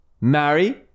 Marry